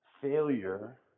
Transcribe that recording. failure